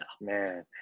Man